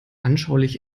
anschaulich